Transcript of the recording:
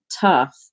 tough